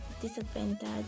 disadvantage